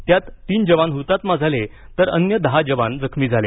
यात तीन जवान हुतात्मा झाले तर अन्य दहा जवान जखमी झाले